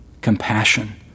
Compassion